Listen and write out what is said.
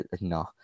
no